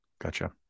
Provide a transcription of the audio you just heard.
gotcha